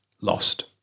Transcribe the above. lost